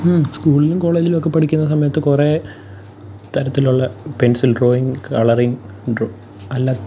സ്കൂളിലും കോളേജിലുഒക്കെ പഠിക്കുന്ന സമയത്ത് കുറേ തരത്തിലുള്ള പെൻസിൽ ഡ്രോയിങ് കളറിങ് ഡ്രോ അല്ല